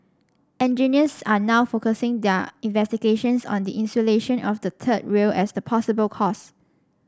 engineers are now focusing their investigations on the insulation of the third rail as the possible cause